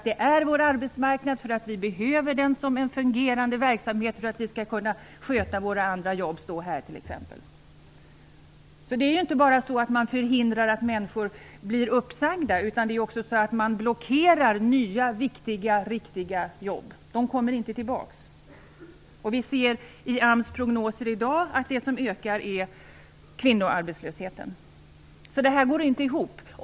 Det är vår arbetsmarknad, och vi behöver den som en fungerande verksamhet, för att vi skall kunna sköta våra andra jobb, t.ex. att stå här. Det är inte bara så att man förhindrar att människor blir uppsagda, utan man blockerar också nya, viktiga och riktiga jobb. De kommer inte tillbaka. Vi ser i AMS prognoser i dag att det som ökar är kvinnoarbetslösheten. Det här går inte ihop.